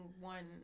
one